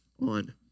on